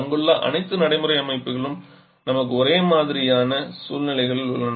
அங்குள்ள அனைத்து நடைமுறை அமைப்புகளிலும் நமக்கு ஒரே மாதிரியான சூழ்நிலைகள் உள்ளன